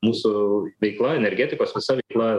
mūsų veikla energetikos visa veikla